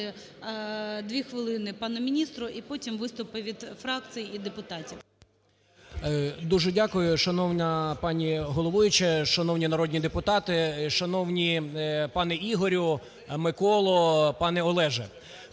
2 хвилини пану міністру. І потім виступи від фракцій і депутатів. 16:21:07 НИЩУК Є.М. Дуже дякую. Шановна пані головуюча, шановні народні депутати, шановні пане Ігорю, Миколо, пане Олеже!